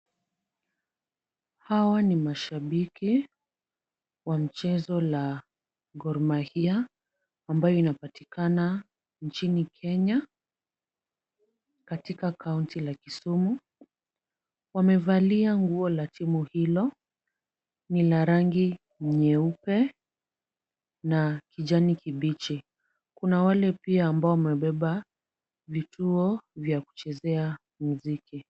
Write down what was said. Hawa ni mashabiki wa mchezo wa Gor Mahia ambayo inapatikana nchini Kenya, katika kaunti ya Kisumu. Wamevalia nguo ya timu hiyo. Ni ya rangi nyeupe na kijani kibichi. Kuna wale pia ambao wamebeba vituo vya kuchezea muziki.